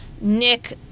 Nick